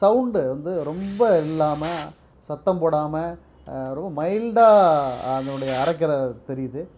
sound வந்து ரொம்ப இல்லாமல் சத்தம் போடாமல் ரொம்ப மைல்டாக அதனுடைய அரைக்கின்ற தெரியுது